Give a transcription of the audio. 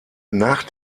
nach